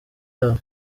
yabo